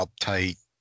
uptight